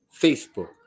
Facebook